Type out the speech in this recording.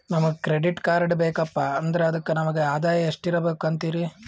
ನಮಗ credit card ಬೇಕಪ್ಪ ಅಂದ್ರ ಅದಕ್ಕ ನಮಗ ಆದಾಯ ಎಷ್ಟಿರಬಕು ಅಂತೀರಿ?